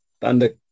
Thunder